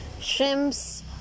shrimps